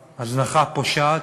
והזנחה, הזנחה פושעת.